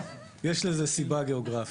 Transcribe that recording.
יש לזה סיבה גיאוגרפית.